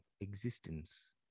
existence